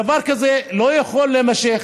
דבר כזה לא יכול להימשך